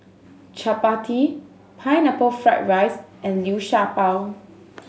Chappati Pineapple Fried Rice and Liu Sha Bao